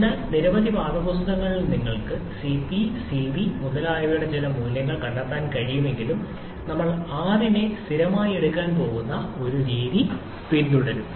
അതിനാൽ നിരവധി പാഠപുസ്തകങ്ങളിൽ നിങ്ങൾക്ക് Cp Cv മുതലായവയുടെ ചില മൂല്യങ്ങൾ കണ്ടെത്താൻ കഴിയുമെങ്കിലും നമ്മൾ R നെ സ്ഥിരമായി എടുക്കാൻ പോകുന്ന ഈ രീതി പിന്തുടരും